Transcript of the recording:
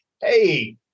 hey